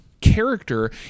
Character